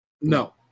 No